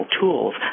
tools